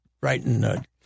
writing